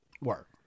Work